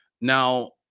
Now